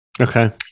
Okay